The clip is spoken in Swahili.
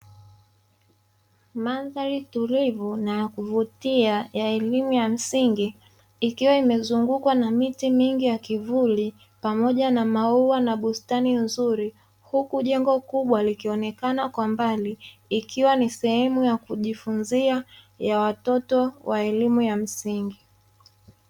Mandhari tulivu na ya kuvutia ya elimu ya msingi, ikiwa imezungukwa na miti mingi ya kivuli pamoja na maua na bustani nzuri, huku jengo kubwa likionekana kwa mbali ikiwa ni sehemu ya kujifunzia ya watoto wa elimu ya msingi.